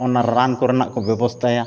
ᱚᱱᱟ ᱨᱟᱱ ᱠᱚᱨᱮᱱᱟᱜ ᱠᱚ ᱵᱮᱵᱚᱥᱛᱟᱭᱟ